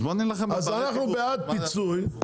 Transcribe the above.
אז אנחנו בעד פיצוי,